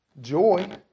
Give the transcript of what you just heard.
joy